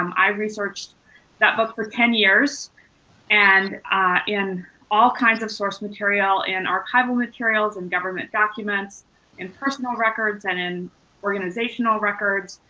um i researched that book for ten years and in all kinds of source material and archival materials and government documents and personal records and in organizational records,